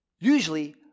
Usually